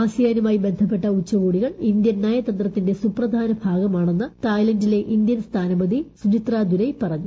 ആസിയാനുമായി ബന്ധപ്പെട്ട ഉച്ചകോടികൾ ഇന്ത്യൂഷ്ട് ന്യതന്ത്രത്തിന്റെ സുപ്രധാന ഭാഗമാണെന്ന് തായ്ലന്റിലെ ഇന്ത്യൻ സ്ഥാന്റ്പ്തി സുചിത്ര ദുരൈ പറഞ്ഞു